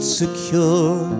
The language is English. secure